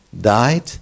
died